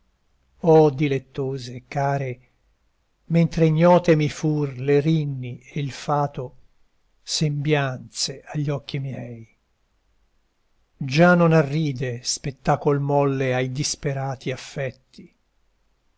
oh dilettose e care mentre ignote mi fur l'erinni e il fato sembianze agli occhi miei già non arride spettacol molle ai disperati affetti